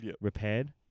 repaired